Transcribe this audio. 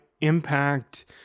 impact